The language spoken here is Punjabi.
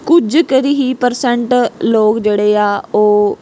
ਕੁਝ ਕਰ ਹੀ ਪਰਸੈਂਟ ਲੋਕ ਜਿਹੜੇ ਆ ਉਹ